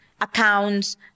accounts